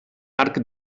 arc